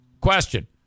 Question